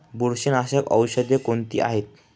बुरशीनाशक औषधे कोणती आहेत?